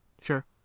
Sure